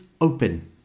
open